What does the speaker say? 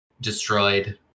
destroyed